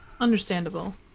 Understandable